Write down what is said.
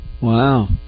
Wow